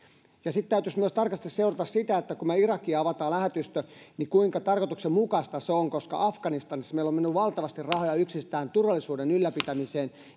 sitten täytyisi myös tarkasti seurata sitä että kun me irakiin avaamme lähetystön niin kuinka tarkoituksenmukaista se on koska afganistanissa meillä on mennyt valtavasti rahaa jo yksistään turvallisuuden ylläpitämiseen